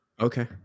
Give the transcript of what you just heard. Okay